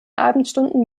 abendstunden